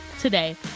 today